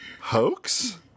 hoax